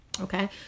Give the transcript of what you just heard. Okay